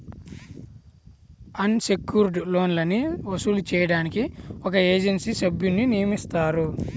అన్ secured లోన్లని వసూలు చేయడానికి ఒక ఏజెన్సీ సభ్యున్ని నియమిస్తారు